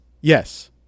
yes